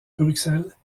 bruxelles